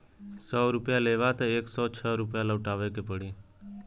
सौ रुपइया लेबा त एक सौ छह लउटाए के पड़ी